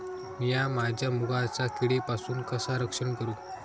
मीया माझ्या मुगाचा किडीपासून कसा रक्षण करू?